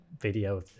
Video